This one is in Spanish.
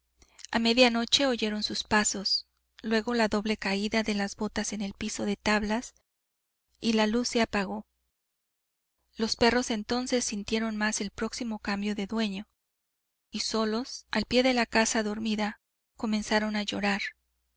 a media noche oyeron sus pasos luego la doble caída de las botas en el piso de tablas y la luz se apagó los perros entonces sintieron más el próximo cambio de dueño y solos al pie de la casa dormida comenzaron a llorar